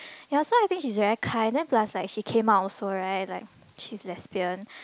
ya so I think she is very kind then plus like she came out also right like she's lesbian